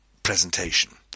presentation